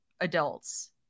adults